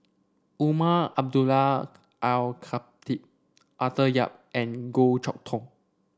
Umar Abdullah Al Khatib Arthur Yap and Goh Chok Tong